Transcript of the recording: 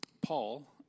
Paul